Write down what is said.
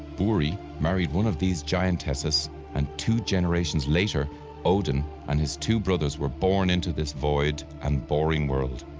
buri married one of these giantesses and two generations later odin and his two brothers were born into this void and boring world.